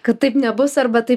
kad taip nebus arba taip